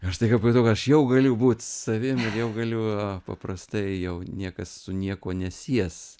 aš staiga pajutau kad aš jau galiu būt savim ir jau galiu paprastai jau niekas su niekuo nesies